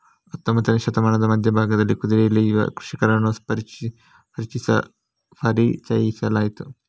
ಹತ್ತೊಂಬತ್ತನೇ ಶತಮಾನದ ಮಧ್ಯ ಭಾಗದಲ್ಲಿ ಕುದುರೆ ಎಳೆಯುವ ಕೃಷಿಕರನ್ನು ಪರಿಚಯಿಸಲಾಯಿತು